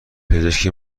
پزشک